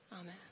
Amen